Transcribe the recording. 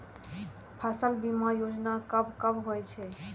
फसल बीमा योजना कब कब होय छै?